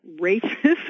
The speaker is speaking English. racist